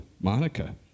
Monica